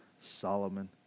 Solomon